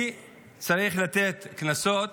כי צריך לתת קנסות,